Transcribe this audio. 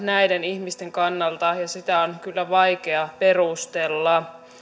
näiden ihmisten kannalta ja sitä on kyllä vaikea perustella